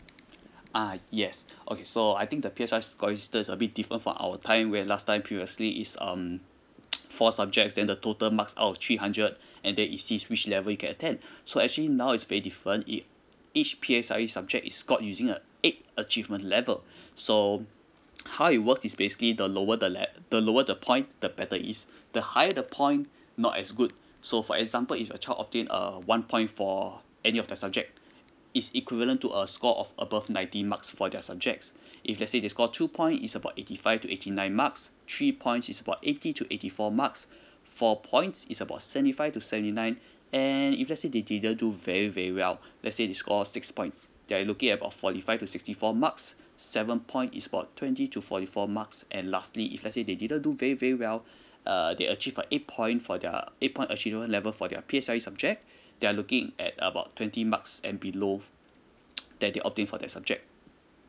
uh yes okay so I think the P_S_L_E scoring system is different from our time where last time previously is um four subjects then the total marks out of three hundred and then it sees which level you can attend so actually now is very different ea~ each P_S_L_E subject is scored using a eight achievement level so how it works is basically the lower the lev~ the lower the point the better it is the higher the point not as good so for example if your child obtain a one point for any of the subject is equivalent to a score of above ninety marks for their subjects if lets say they score two points is about eighty five to eighty nine marks three points is about eighty to eighty four marks four points is about seventy five to seventy nine and if let's say they didn't do very very well let's say score six points they are looking about forty five to sixty four marks seven point is about twenty to forty four marks and lastly if let's say they didn't do very very well uh they achieve a eight point for their eight point achievement level for their P_S_L_E subject they are looking at about twenty marks and below that they opting for that subject